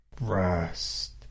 rest